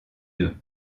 d’eux